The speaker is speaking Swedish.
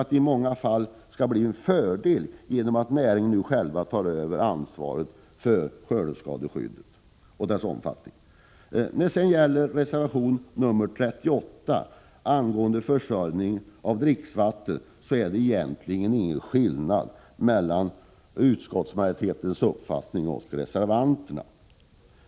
Det bör i många fall vara till fördel att näringen nu själv tar över ansvaret för skördeskadeskyddet. När det gäller reservation 38 om dricksvattenförsörjningen är det egentligen ingen skillnad mellan utskottsmajoritetens uppfattning och reservanternas.